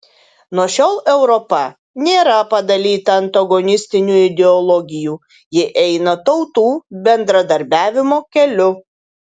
nuo šiol europa nėra padalyta antagonistinių ideologijų ji eina tautų bendradarbiavimo keliu